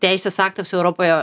teisės aktas europoje